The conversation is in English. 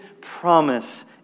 promise